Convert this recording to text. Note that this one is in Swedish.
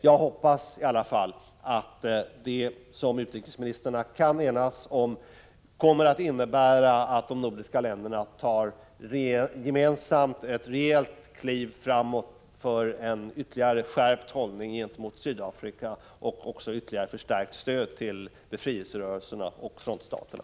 Jag hoppas emellertid att det som utrikesministrarna kan enas om kommer att innebära att de nordiska länderna gemensamt tar ett rejält kliv framåt för en ytterligare skärpt hållning gentemot Sydafrika och för ytterligare förstärkt stöd till befrielserörelserna och frontstaterna.